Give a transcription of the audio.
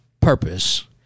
purpose